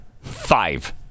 Five